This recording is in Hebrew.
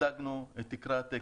הצגנו את עיקרי התקן,